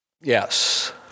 Yes